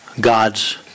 God's